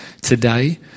today